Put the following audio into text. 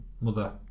mother